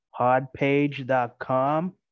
podpage.com